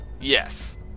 Yes